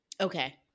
Okay